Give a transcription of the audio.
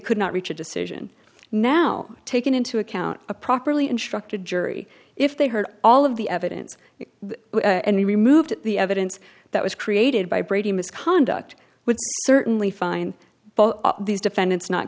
could not reach a decision now taken into account a properly instructed jury if they heard all of the evidence and they removed the evidence that was created by brady misconduct would certainly find these defendants not